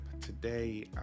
Today